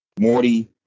Morty